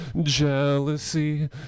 jealousy